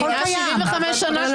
האם הוא לא היה נהנה מהגנת חוק יסוד,